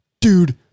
Dude